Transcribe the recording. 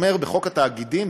בחוק התאגידים,